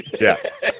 Yes